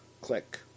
click